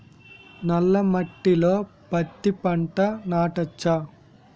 నల్ల మట్టిలో పత్తి పంట నాటచ్చా?